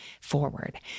forward